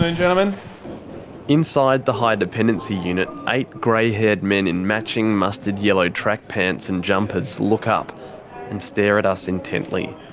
inside and inside the high dependency unit, eight grey-haired men in matching matching mustard yellow track pants and jumpers look up and stare at us intently.